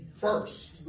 first